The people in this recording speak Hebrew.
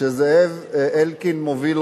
שזאב אלקין מוביל,